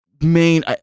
main